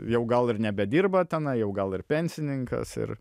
jau gal ir nebedirba tenai jau gal ir pensininkas ir